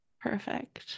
Perfect